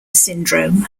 syndrome